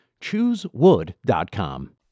Choosewood.com